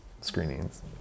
screenings